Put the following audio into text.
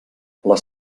les